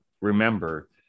remember